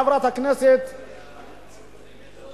חברת הכנסת סולודקין,